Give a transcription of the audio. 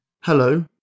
Hello